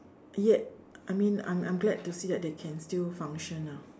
yet I mean I'm I'm glad to see that they can still function lah